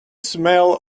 smell